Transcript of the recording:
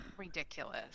ridiculous